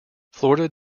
florida